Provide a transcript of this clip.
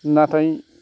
नाथाय